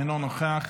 אינה נוכחת,